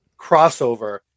crossover